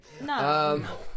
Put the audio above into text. no